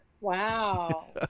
Wow